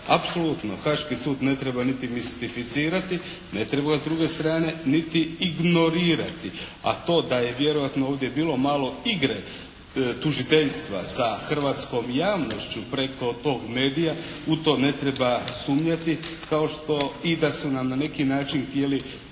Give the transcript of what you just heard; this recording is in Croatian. Apsolutno, Haški sud ne treba niti mistificirati, ne treba ga s druge strane niti ignorirati. A to da je vjerojatno ovdje bilo malo igre tužiteljstva sa hrvatskom javnošću preko tog medija u to ne treba sumnjati kao što i da su nam na neki način htjeli vratiti